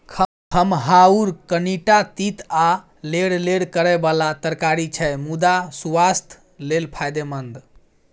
खमहाउर कनीटा तीत आ लेरलेर करय बला तरकारी छै मुदा सुआस्थ लेल फायदेमंद